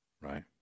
Right